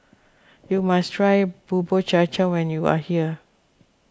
you must try Bubur Cha Cha when you are here